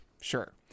sure